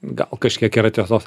gal kažkiek yra tiesos